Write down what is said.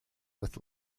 with